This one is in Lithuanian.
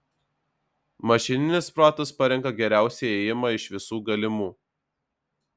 mašininis protas parenka geriausią ėjimą iš visų galimų